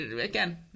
again